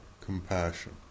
compassion